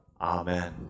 Amen